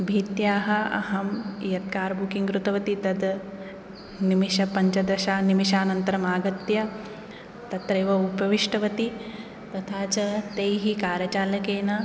भीत्याः अहं यद् कारबुकिङ्ग् कृतवती तद् निमेष पञ्चदशनिमेषान्तरम् आगत्य तत्रैव उपविष्टवती तथा च तैः कार् चालकेन